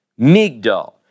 Migdal